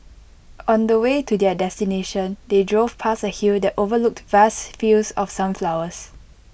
on the way to their destination they drove past A hill that overlooked vast fields of sunflowers